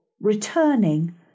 Returning